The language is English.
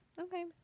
Okay